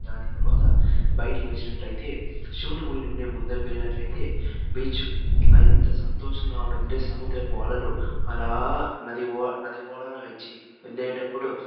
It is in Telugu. దాని తర్వాత బయటికి వచ్చినట్టయితే శివుని గుడి నుండి ముందరికి వెళ్ళినట్లయితే బీచ్ ఎంత సంతోషంగా ఉంటుందంటే సముద్రపు అలలు అలా నది ఓ నది ఓడానా వెచ్చి వెళ్ళేటప్పుడు